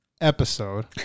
episode